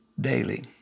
daily